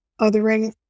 othering